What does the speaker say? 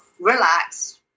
relax